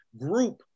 group